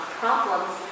problems